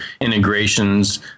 integrations